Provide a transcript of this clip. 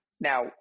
now